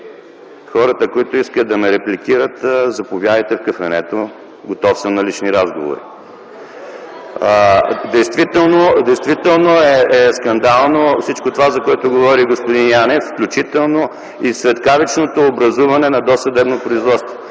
Тези, които искате да ме репликирате, заповядайте в кафенето, готов съм за лични разговори. Действително е скандално всичко това, за което господин Янев говори, включително и светкавичното образуване на досъдебно производство.